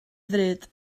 ddrud